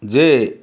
ଯେ